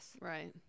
Right